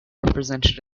represented